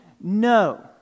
No